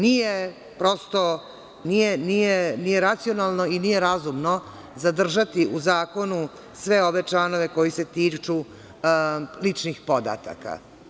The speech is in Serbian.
Nije racionalno i nije razumno zadržati u zakonu sve ove članove koji se tiču ličnih podataka.